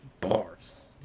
Bars